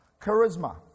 Charisma